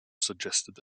suggested